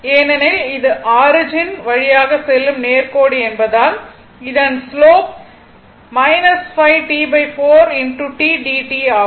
ஏனெனில் இது ஆரிஜின் வழியாக செல்லும் நேர்கோடு என்பதால் இதன் ஸ்லோப் 5 T4 t dt ஆகும்